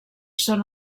són